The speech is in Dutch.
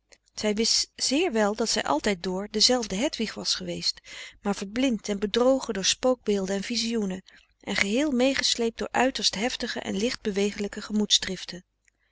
zij wist zeer wel dat zij altijd door dezelfde hedwig was geweest maar verblind en bedrogen door spookbeelden en vizioenen en geheel meegesleept door uiterst heftige en licht bewegelijke